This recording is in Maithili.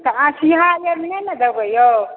तऽ आर नहि ने देबै यौ